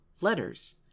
letters